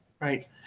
right